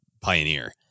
pioneer